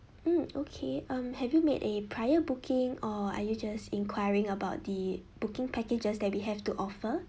mm okay um have you made a prior booking or are you just enquiring about the booking packages that we have to offer